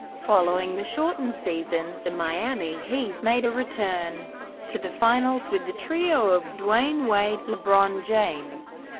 following the shortened season, the miami heat made a return to the finals with the trio of dwyane wade, lebron james,